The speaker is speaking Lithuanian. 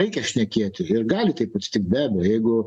reikia šnekėt ir gali taip atsitikt be abejo jeigu